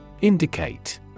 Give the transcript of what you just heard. Indicate